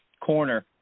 corner